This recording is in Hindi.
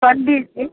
पंडित जी